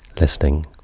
Listening